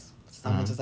ah